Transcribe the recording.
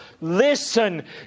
listen